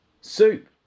soup